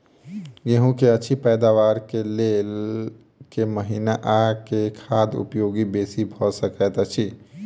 गेंहूँ की अछि पैदावार केँ लेल केँ महीना आ केँ खाद उपयोगी बेसी भऽ सकैत अछि?